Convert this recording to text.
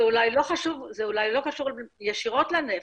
אולי זה לא קשור ישירות לנפט,